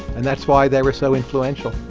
and that's why they were so influential.